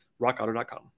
rockauto.com